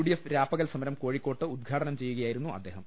D F രാപകൽ സമരം കോഴിക്കോട്ട് ഉദ്ഘാടനം ചെയ്യുകയായിരുന്നു അദ്ദേഹം